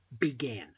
began